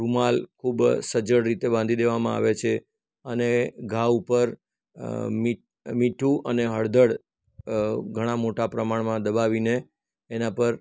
રૂમાલ ખૂબ સજ્જડ રીતે બાંધી દેવામાં આવે છે અને ઘા ઉપર મીઠું અને હળદર ઘણા મોટા પ્રમાણમાં દબાવીને એના પર